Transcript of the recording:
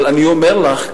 אבל אני אומר לך,